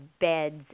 beds